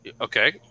Okay